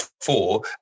four